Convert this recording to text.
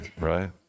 Right